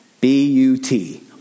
B-U-T